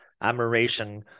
admiration